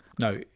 No